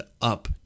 up